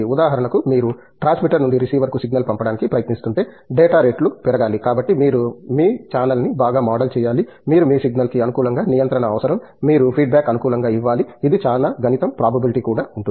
ఉదాహరణకు మీరు ట్రాన్స్మిటర్ నుండి రిసీవర్కు సిగ్నల్ పంపడానికి ప్రయత్నిస్తుంటే డేటా రేట్లు పెరగాలి కాబట్టి మీరు మీ ఛానెల్ని బాగా మోడల్ చేయాలి మీరు మీ సిగ్నల్ కి అనుకూలంగా నియంత్రణ అవసరం మీరు ఫీడ్బ్యాక్ అనుకూలంగా ఇవ్వాలి ఇది చాలా గణితం ప్రాబబిలిటీ కూడా ఉంటుంది